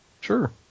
Sure